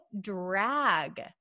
drag